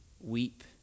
weep